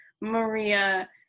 maria